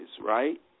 right